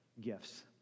gifts